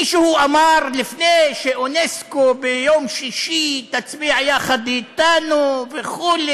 מישהו אמר: לפני שאונסק"ו ביום שישי תצביע יחד אתנו וכו',